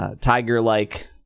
Tiger-like